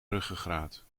ruggengraat